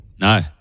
No